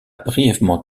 brièvement